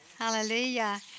Hallelujah